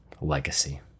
Legacy